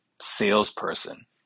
salesperson